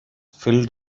filled